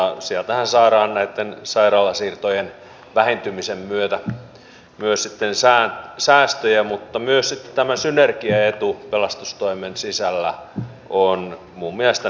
sieltähän saadaan näitten sairaalasiirtojen vähentymisen myötä myös sitten säästöjä mutta myös tämä synergiaetu pelastustoimen sisällä on minun mielestäni huomioitava